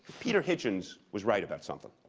peter hitchens was right about something,